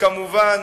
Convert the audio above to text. כמובן,